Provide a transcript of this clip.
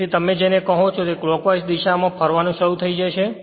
તેથી તમે જેને કહો છો તે ક્લોક્વાઇસ ની દિશામાં ફરવાનું શરૂ કરશે